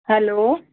hello